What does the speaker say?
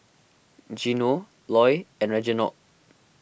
Gino Loy and Reginald